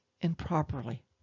improperly